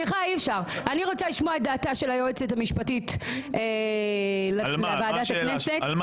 אני רוצה לשמוע את דעתה של היועצת המשפטית לוועדת הכנסת.